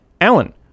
Alan